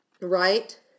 Right